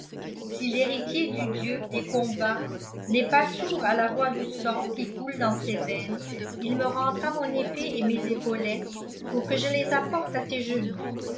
si l'héritier du dieu des combats n'est pas sourd à la voix du sang qui coule dans ses veines il me rendra mon épée et mes épaulettes pour que je les apporte à tes genoux